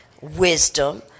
wisdom